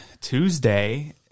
Tuesday